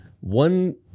One